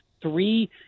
three